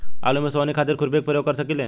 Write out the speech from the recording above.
आलू में सोहनी खातिर खुरपी के प्रयोग कर सकीले?